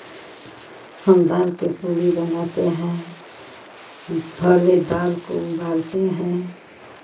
हम दाल के पूड़ी बनाते हैं पहले दाल को उबालते हैं